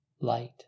light